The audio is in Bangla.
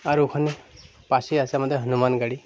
আর ওখানে পাশেই আছে আমাদের হনুমান গড়ি